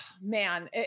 man